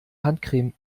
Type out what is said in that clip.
handcreme